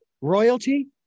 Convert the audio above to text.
royalty